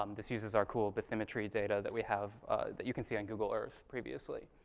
um this uses our cool bathymetry data that we have that you can see on google earth, previously.